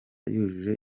yujuje